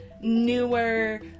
newer